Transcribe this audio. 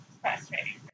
frustrating